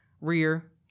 rear